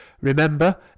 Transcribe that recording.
Remember